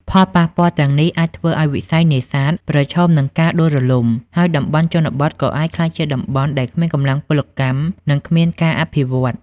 ផលប៉ះពាល់ទាំងនេះអាចធ្វើឲ្យវិស័យនេសាទប្រឈមនឹងការដួលរលំ ហើយតំបន់ជនបទក៏អាចក្លាយជាតំបន់ដែលគ្មានកម្លាំងពលកម្ម និងគ្មានការអភិវឌ្ឍន៍។